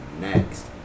next